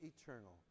eternal